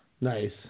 Nice